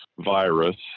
virus